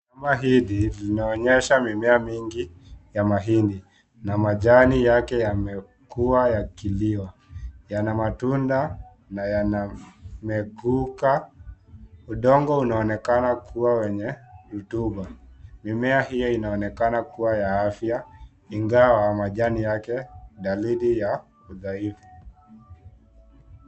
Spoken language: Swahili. Shamba hili linaonyesha mimea mingi ya mahindi na majani yake yamekua yakiliwa , yana matunda na yana yamekuka . Udongo unaonekana kuwa wenye rutuba . Mimea hiyo inaonekana kuwa ya afya ingawa majani yake dalili ya udhaifu.